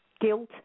guilt